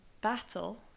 battle